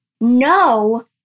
No